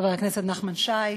חבר הכנסת נחמן שי,